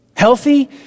Healthy